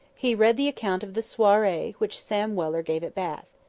he read the account of the swarry which sam weller gave at bath.